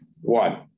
one